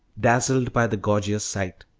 dazzled by the gorgeous sight.